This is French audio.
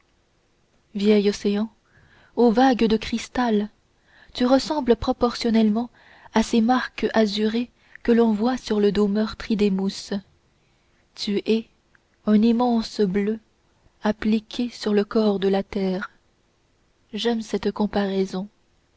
vieil océan aux vagues de cristal tu ressembles proportionnellement à ces marques azurées que l'on voit sur le dos meurtri des mousses tu es un immense bleu appliqué sur le corps de la terre j'aime cette comparaison